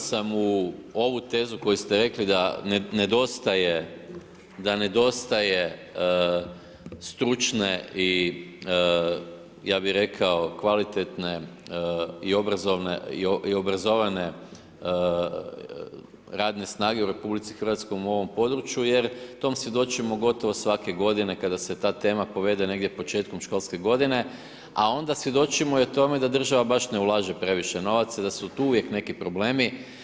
Siguran sam u ovu tezu koju ste rekli da nedostaje stručne i, ja bi rekao kvalitetne i obrazovane radne snage u RH u ovom području jer tom svjedočimo gotovo svake godine kada se ta tema povede negdje početkom školske godine, a onda svjedočimo i o tome da država baš ne ulaže previše novaca, da su tu uvijek neki problemi.